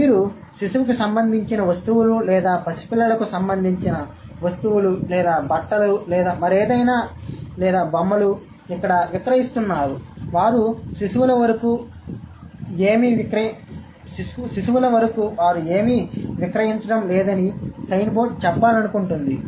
కాబట్టి మీరు శిశువుకు సంబంధించిన వస్తువులు లేదా పసిపిల్లలకు సంబంధించిన వస్తువులు లేదా బట్టలు లేదా మరేదైనా లేదా బొమ్మలు ఇక్కడ విక్రయిస్తున్నాయి వారు శిశువుల వరకు వారు ఏమీ విక్రయించడం లేదని సైన్ బోర్డు చెప్పాలనుకుంటోంది